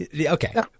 Okay